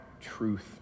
truth